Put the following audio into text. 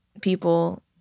people